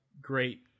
great